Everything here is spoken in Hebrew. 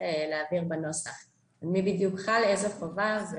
להבהיר בנוסח על מי בדיוק חלה איזו חובה.